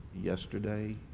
yesterday